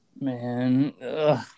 man